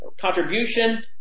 contribution